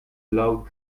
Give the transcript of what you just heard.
blow